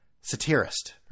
satirist